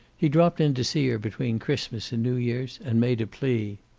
he dropped in to see her between christmas and new-years, and made a plea.